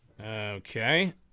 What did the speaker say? Okay